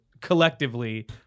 collectively